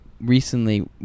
recently